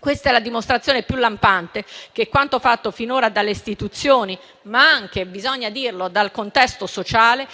Questa è la dimostrazione più lampante che quanto fatto finora dalle istituzioni, ma anche, bisogna dirlo, dal contesto sociale,